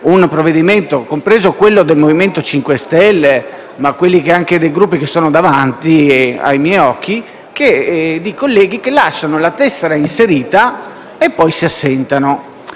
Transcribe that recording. scranni, compresi quelli del Movimento 5 Stelle, ma anche in quelli dei Gruppi che sono davanti ai miei occhi, ci sono colleghi che lasciano la tessera inserita e poi si assentano.